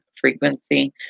frequency